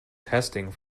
testing